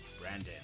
Brandon